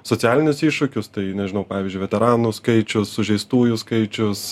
socialinius iššūkius tai nežinau pavyzdžiui veteranų skaičius sužeistųjų skaičius